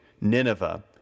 Nineveh